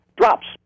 drops